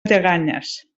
lleganyes